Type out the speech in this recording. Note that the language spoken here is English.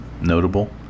notable